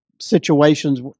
situations